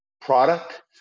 product